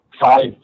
five